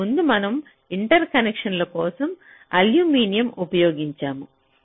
అంతకుముందు మనం ఇంటర్కనెక్షన్ల కోసం అల్యూమినియం ఉపయోగించాము